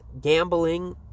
gambling